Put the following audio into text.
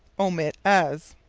omit as.